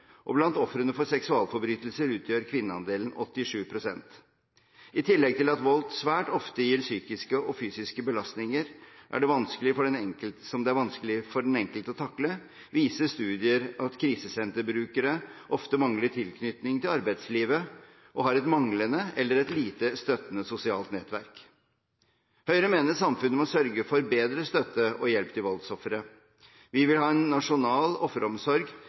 og blant ofrene for seksualforbrytelser utgjør kvinneandelen 87 pst. I tillegg til at vold svært ofte gir psykiske og fysiske belastninger som det er vanskelig for den enkelte å takle, viser studier at krisesenterbrukere ofte mangler tilknytning til arbeidslivet og har et manglende eller lite støttende sosialt nettverk. Høyre mener samfunnet må sørge for bedre støtte og hjelp til voldsofre. Vi vil ha en nasjonal offeromsorg